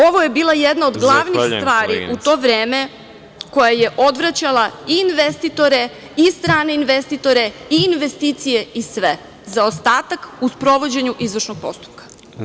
Ovo je bila jedna od glavnih stvari u to vreme koja je odvraćala i investitore i strane investitore i investicije i sve za ostatak u sprovođenju izvršnog postupka.